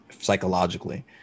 psychologically